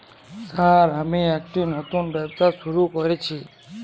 Sir আমি একটি নতুন ব্যবসা শুরু করেছি?